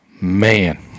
man